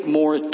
more